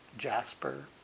Jasper